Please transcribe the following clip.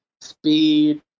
speed